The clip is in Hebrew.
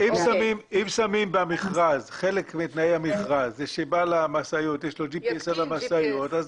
אם שמים במכרז חלק מתנאי המכרז זה שבעל המשאיות יש לו GPS על המשאיות,